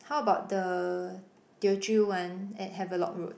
how about the Teochew one at Havelock Road